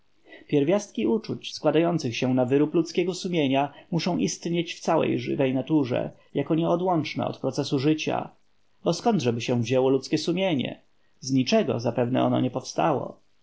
pierwiastki uczuć składających się na wyrób ludzkiego sumienia muszą istnieć w całej żywej naturze jako nieodłączne od procesu życia bo zkądżeby się wzięło ludzkie sumienie z niczego zapewne ono nie powstało